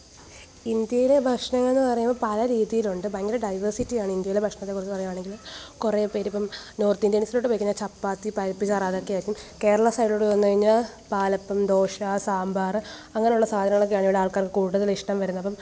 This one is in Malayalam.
ഇന്ത്യയിലെ ഭക്ഷണങ്ങളെന്ന് പറയുമ്പം പല രീതിയിലുണ്ട് ഭയങ്കര ഡൈവേസിറ്റി ആണ് ഇന്ത്യയിലെ ഭക്ഷണത്തെ കുറിച്ച് പറയുക ആണെങ്കിൽ കുറേ പേര് ഇപ്പം നോർത്ത് ഇന്ത്യൻസിലോട്ട് പോയിക്കഴിഞ്ഞാൽ ചപ്പാത്തി പരിപ്പു ചാറ് അതൊക്കെ ആയിരിക്കും കേരളാ സൈഡിലോട്ട് വന്നു കഴിഞ്ഞാൽ പാലപ്പം ദോശ സാമ്പാർ അങ്ങനെയുള്ള സാധനങ്ങളൊക്കെയാണ് ഇവിടെ ആൾക്കാർക്ക് കൂടുതൽ ഇഷ്ടം വരുന്നത്